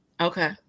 Okay